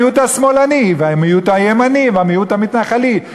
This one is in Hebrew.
המיעוט השמאלני והמיעוט הימני והמיעוט המתנחלי.